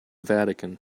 vatican